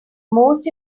most